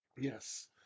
Yes